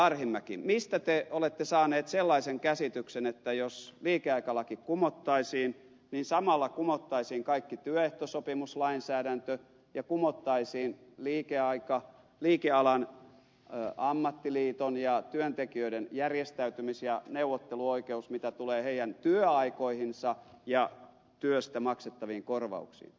arhinmäki mistä te olette saanut sellaisen käsityksen että jos liikeaikalaki kumottaisiin niin samalla kumottaisiin koko työehtosopimuslainsäädäntö ja kumottaisiin liikealan ammattiliiton ja työntekijöiden järjestäytymis ja neuvotteluoikeus mitä tulee työaikoihin ja työstä maksettaviin korvauksiin